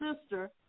sister